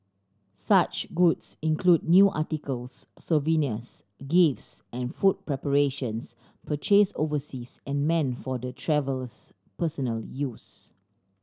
such goods include new articles souvenirs gifts and food preparations purchase overseas and meant for the travels personal use